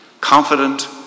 Confident